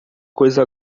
coisa